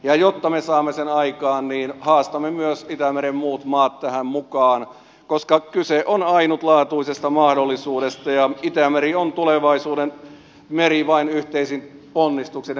ja jotta me saamme sen aikaan haastamme myös itämeren muut maat tähän mukaan koska kyse on ainutlaatuisesta mahdollisuudesta ja itämeri on tulevaisuuden meri vain yhteisin ponnistuksin että me sitoudumme niihin